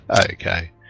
Okay